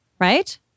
right